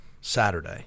Saturday